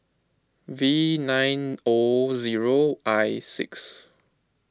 V nine O zero I six